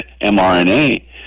mRNA